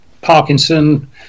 Parkinson